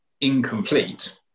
incomplete